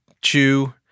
chew